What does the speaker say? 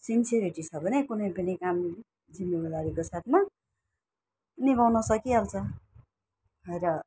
sincerity छ भने कुनै पनि काम जिम्मेदारीको साथमा निभाउनु सकिइहाल्छ र